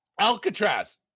Alcatraz